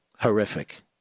Horrific